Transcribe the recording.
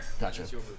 Gotcha